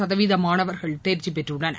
சதவீத மாணவர்கள் தேர்ச்சி பெற்றுள்ளனர்